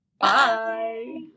Bye